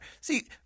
See